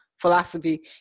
philosophy